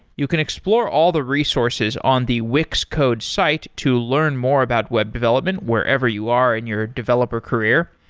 you can explore all the resources on the wix code's site to learn more about web development wherever you are in your developer career.